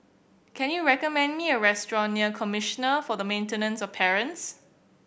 can you recommend me a restaurant near Commissioner for the Maintenance of Parents